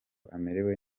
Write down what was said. amerewe